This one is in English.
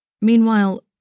Meanwhile